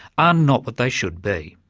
are not what they should be.